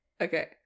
Okay